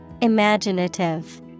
Imaginative